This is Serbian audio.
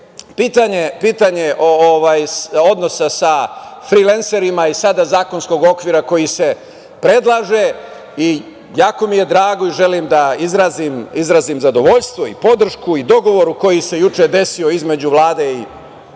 pitanje odnosa sa frilenserima i sada zakonskog okvira koji se predlaže i jako mi je drago i želim da izrazim zadovoljstvo i podršku i dogovor koji se juče desio između Vlade i